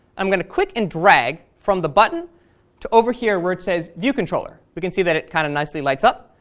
i'm going to click and drag from the button to over here where it says view controller. we can see that it kind of nicely lights up.